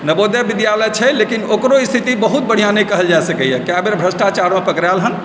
नवोदय विद्यालय छै लेकिन ओकरो स्थिति बहुत बढ़िआँ नहि कहल जा सकैए कए बेर भ्रष्टाचारमे पकड़ायल हन